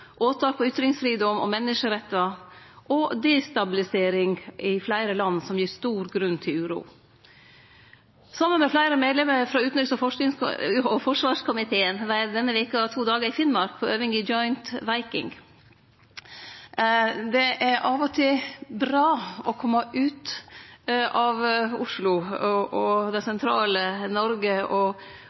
åtak på ytringsfridom og menneskerettar og destabilisering i fleire land, som gir stor grunn til uro. Saman med fleire medlemer frå utanriks- og forsvarskomiteen var eg denne veka to dagar i Finnmark på øving i Joint Viking. Det er av og til bra å kome ut av Oslo og det sentrale Noreg og